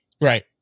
right